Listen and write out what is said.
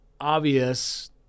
obvious